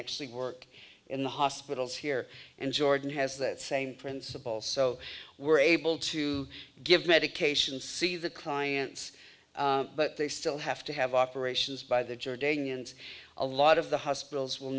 actually work in the hospitals here and jordan has that same principle so we're able to give medications see the clients but they still have to have operations by the jordanians a lot of the hospitals will